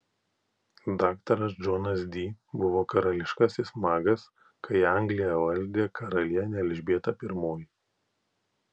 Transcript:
daktaras džonas di buvo karališkasis magas kai angliją valdė karalienė elžbieta i